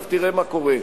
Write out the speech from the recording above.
עכשיו תראה מה קורה,